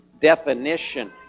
definition